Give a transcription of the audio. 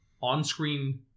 on-screen